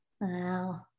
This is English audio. Wow